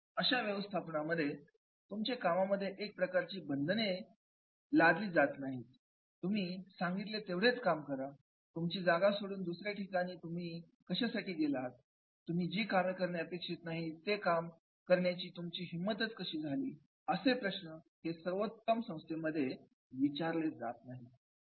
अशा व्यवस्थापनामध्ये तुमच्या कामांमध्ये एक प्रकारची बंधने लागली जात नाहीत जसं की तुम्ही सांगितले तेवढेच करा तुमची जागा सोडून दुसऱ्या ठिकाणी तुम्ही कशासाठी गेलात तुम्ही जी काम करणे अपेक्षित नाही ते करण्याची तुमची हिम्मतच कशी झाली असे प्रश्न हे सर्वोत्तम व्यवस्थापनामध्ये विचारले जात नाहीत